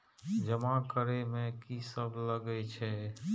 जमा करे में की सब लगे छै?